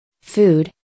Food